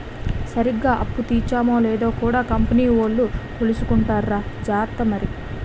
సరిగ్గా అప్పు తీర్చేమో లేదో కూడా కంపెనీ వోలు కొలుసుకుంటార్రా జార్త మరి